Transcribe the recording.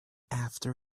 after